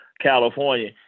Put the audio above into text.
California